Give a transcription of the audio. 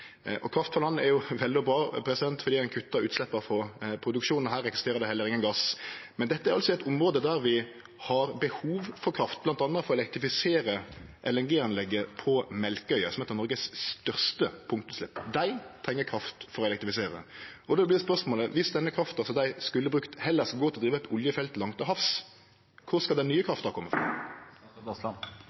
er vel og bra, for ein kuttar utsleppa frå produksjonen – her eksisterer det heller ingen gass – men dette er eit område der vi har behov for kraft, bl.a. for å elektrifisere LNG-anlegget på Melkøya, som har eit av dei største punktutsleppa i Noreg. Dei treng kraft for å elektrifisere. Då vert spørsmålet: Viss den krafta som dei skulle brukt, heller skal gå til å drive eit oljefelt langt til havs, kvar skal den nye krafta kome frå?